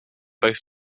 both